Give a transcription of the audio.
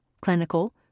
clinical